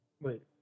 Wait